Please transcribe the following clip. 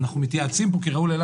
אנחנו מתייעצים פה כי ראול העלה